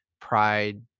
pride